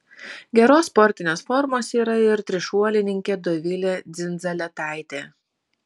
geros sportinės formos yra ir trišuolininkė dovilė dzindzaletaitė